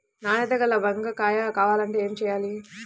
నాణ్యత గల వంగ కాయ కావాలంటే ఏమి చెయ్యాలి?